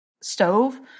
stove